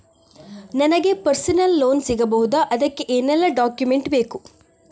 ನನಗೆ personal loan ಸಿಗಬಹುದ ಅದಕ್ಕೆ ಏನೆಲ್ಲ ಡಾಕ್ಯುಮೆಂಟ್ ಬೇಕು?